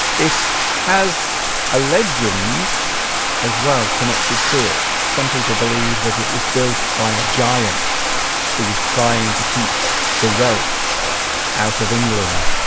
it has a legend as well connected to it some people believe that it was built by a giant who was trying to keep the welsh out of england